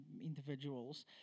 individuals